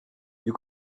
you